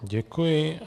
Děkuji.